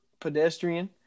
pedestrian